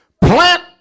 Plant